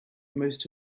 most